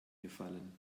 gefallen